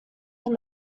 from